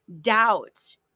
doubt